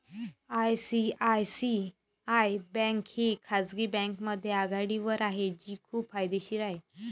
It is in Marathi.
आय.सी.आय.सी.आय बँक ही खाजगी बँकांमध्ये आघाडीवर आहे जी खूप फायदेशीर आहे